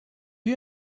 you